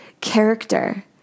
character